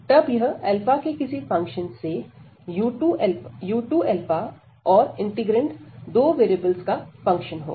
तब यह के किसी फंक्शन से u2αऔर इंटीग्रैंड दो वेरिएबलस का फंक्शन होगा